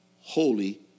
Holy